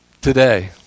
today